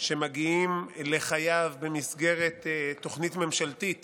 שמגיעים לחייב במסגרת תוכנית ממשלתית